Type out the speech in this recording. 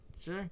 sure